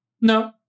no